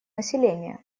населения